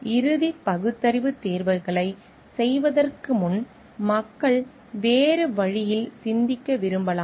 இறுதி பகுத்தறிவுத் தேர்வுகளைச் செய்வதற்கு முன் மக்கள் வேறு வழியில் சிந்திக்க விரும்பலாம்